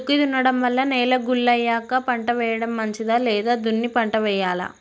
దుక్కి దున్నడం వల్ల నేల గుల్ల అయ్యాక పంట వేయడం మంచిదా లేదా దున్ని పంట వెయ్యాలా?